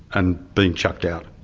and being chucked out.